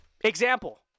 Example